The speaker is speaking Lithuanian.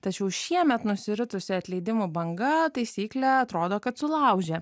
tačiau šiemet nusiritusi atleidimų banga taisyklė atrodo kad sulaužė